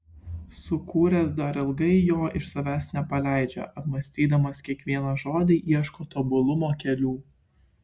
sukūręs dar ilgai jo iš savęs nepaleidžia apmąstydamas kiekvieną žodį ieško tobulumo kelių